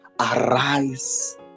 arise